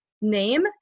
name